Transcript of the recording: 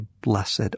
Blessed